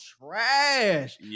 trash